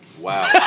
Wow